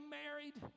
married